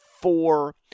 four